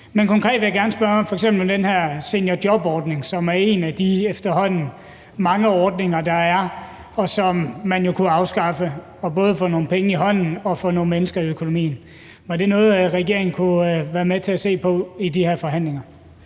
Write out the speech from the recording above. Men konkret vil jeg gerne spørge om den her seniorjobordning, som er en af de efterhånden mange ordninger, der er, og som man jo kunne afskaffe og både få nogle penge i hånden og få nogle mennesker ind i økonomien. Var det noget, regeringen kunne være med til at se på i de her forhandlinger?